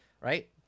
Right